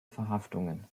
verhaftungen